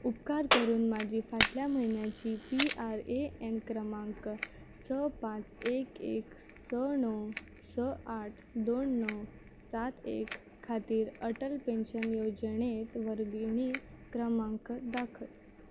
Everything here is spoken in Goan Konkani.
उपकार करून म्हाजी फाटल्या म्हयन्याची पी आर ए एन क्रमांक स पांच एक एक स णव स आठ दोन णव सात एक खातीर अटल पेन्शन येवजणेंत वर्गणी क्रमांक दाखय